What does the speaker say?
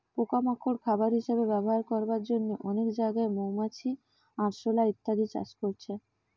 পোকা মাকড় খাবার হিসাবে ব্যবহার করবার জন্যে অনেক জাগায় মৌমাছি, আরশোলা ইত্যাদি চাষ করছে